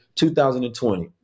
2020